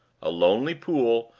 a lonely pool,